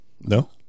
No